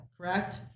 correct